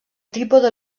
trípode